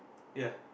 ya